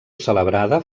celebrada